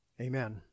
Amen